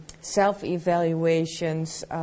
self-evaluations